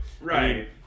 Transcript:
right